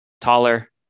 taller